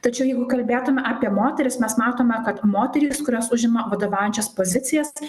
tačiau jeigu kalbėtume apie moteris mes matome kad moterys kurios užima vadovaujančias pozicijas